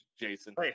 Jason